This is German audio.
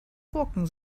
gurken